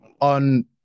on